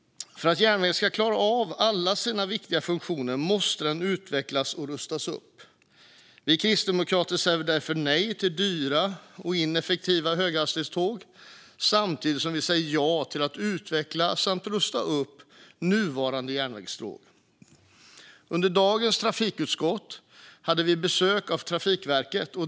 För att järnvägen ska klara av alla sina viktiga funktioner måste den utvecklas och rustas upp. Vi kristdemokrater säger därför nej till dyra och ineffektiva höghastighetståg samtidigt som vi säger ja till att utveckla samt rusta upp nuvarande järnvägsstråk. Under dagens möte i trafikutskottet hade vi besök av Trafikverket.